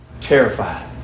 Terrified